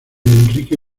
enrique